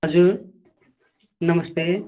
हजुर नमस्ते